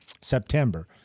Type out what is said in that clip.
September